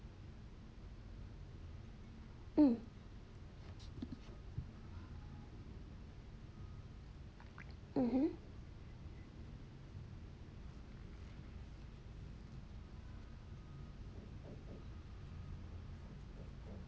hmm mmhmm